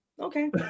Okay